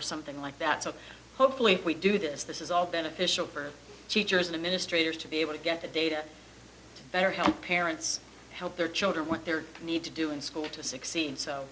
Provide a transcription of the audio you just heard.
or something like that so hopefully we do this this is all beneficial for teachers and administrators to be able to get the data better help parents help their children with their need to do in school to succeed so